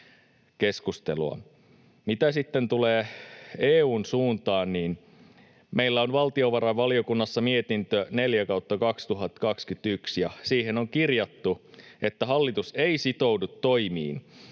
Mitä sitten tulee EU:n suuntaan, meillä on valtiovarainvaliokunnassa mietintöön 4/2021 kirjattu, että hallitus ei sitoudu toimiin,